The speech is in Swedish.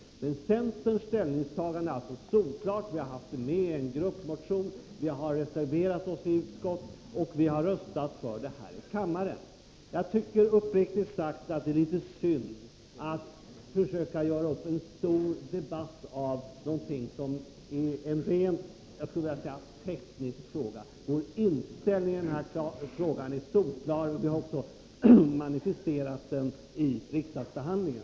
Men centerns ställningstagande har varit solklart i vår gruppmotion. Vi har reserverat oss i utskottet, och vi har röstat till förmån för motionen i kammaren. Jag tycker uppriktigt sagt att det är litet synd att försöka åstadkomma en stor debatt om någonting som är en rent teknisk fråga, Centerns inställning i den här frågan är alltså solklar. Vi har också manifesterat den i riksdagsbehandlingen.